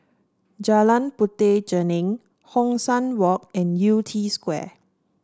Jalan Puteh Jerneh Hong San Walk and Yew Tee Square